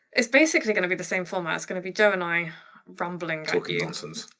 it's basically gonna be the same format. it's gonna be joe and i rambling talking nonsense.